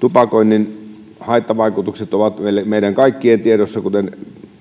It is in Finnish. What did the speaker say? tupakoinnin haittavaikutukset ovat meidän kaikkien tiedossa kuten